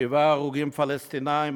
שבעה הרוגים פלסטינים,